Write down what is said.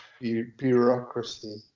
Bureaucracy